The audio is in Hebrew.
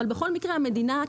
אבל בכל מקרה המדינה,